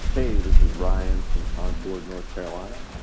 hey, this is ryan from concord, north carolina.